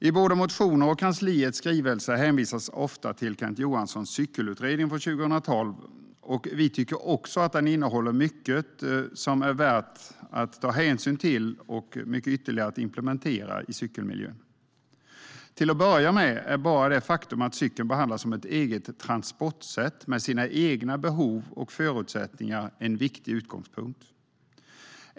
I både motioner och kansliets skrivelser hänvisas ofta till Kent Johanssons cykelutredning från 2012, och vi tycker också att den innehåller mycket som är värt att ta hänsyn till och ytterligare mycket att implementera i cykelmiljön. Till att börja med är bara det faktum att cykeln behandlas som ett eget transportsätt med sina egna behov och förutsättningar en viktig utgångspunkt.